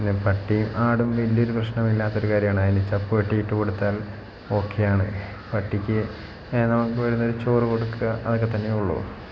പിന്നെ പട്ടിയും ആടും വലിയ ഒരു പ്രശ്നമില്ലാത്ത ഒരു കാര്യമാണ് അതിന് ചപ്പ് വെട്ടിയിട്ട് കൊടുത്താൽ ഓക്കെ ആണ് പട്ടിക്ക് നമുക്ക് വരുന്നത് ഒരു ചോറ് കൊടുക്കുക അതൊക്കെ തന്നെയേ ഉള്ളൂ